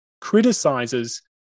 criticizes